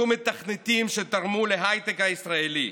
היו מתכנתים שתרמו להייטק הישראלי,